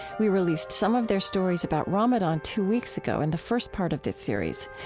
we released some of their stories about ramadan two weeks ago in the first part of this series.